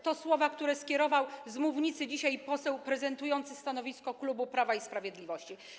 To słowa, które skierował z mównicy dzisiaj poseł prezentujący stanowisko klubu Prawa i Sprawiedliwości.